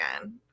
again